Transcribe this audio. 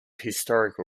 historical